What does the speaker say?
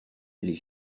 les